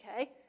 okay